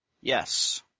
Yes